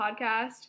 podcast